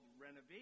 Renovation